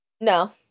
No